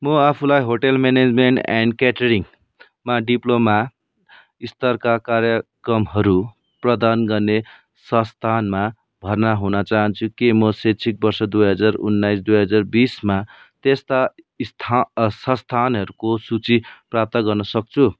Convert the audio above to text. म आफूलाई hotel management and क्याटरिङमा डिप्लोमा स्तरका कार्यकमहरू प्रदान गर्ने संस्थानमा भर्ना हुन चाहन्छु के म शैक्षिक वर्ष दुई हजार उन्नाइस दुई हजार बिसमा त्यस्ता स्थान संस्थानहरूको सूची प्राप्त गर्न सक्छु